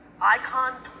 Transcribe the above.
Icon